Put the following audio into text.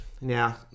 Now